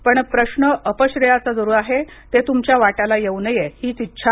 पण प्रश्न अपश्रेयाचा जरूर आहे ते तुमच्या वाट्याला येऊ नये हीच इच्छा